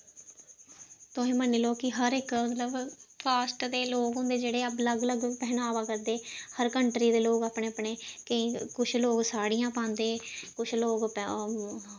तुसीं मन्नी लैओ कि हर इक मतलब कास्ट दे लोक होंदे जेह्ड़े अलग अलग पैह्नावा करदे हर कंट्री दे लोग केईं कुछ लोक साड़ियां पांदे कुछ लोक